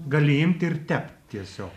gali imti ir tept tiesiog